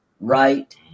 right